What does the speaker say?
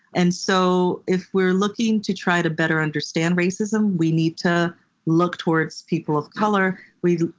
and so if we're looking to try to better understand racism, we need to look towards people of color. we,